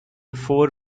four